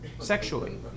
sexually